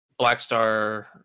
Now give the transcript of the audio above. Blackstar